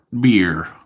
beer